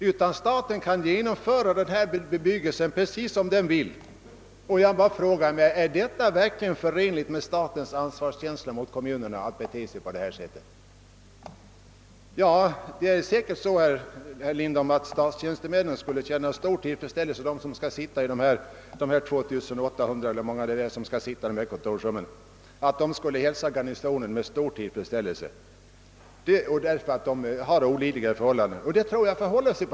Staten kan alltså genom föra denna bebyggelse precis som den vill. Är det verkligen förenligt med statens ansvarskänsla mot kommunerna att bete sig så? Det är nog så, herr Lindholm, att de statstjänstemän — hur många de nu är — som skall arbeta i dessa kontorsrum skulle hälsa Garnisonen med stor tillfredsställelse, därför att de har olidliga förhållanden för närvarande.